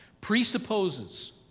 presupposes